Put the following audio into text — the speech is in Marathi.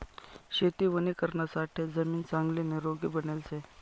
शेती वणीकरणासाठे जमीन चांगली निरोगी बनेल शे